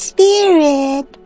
Spirit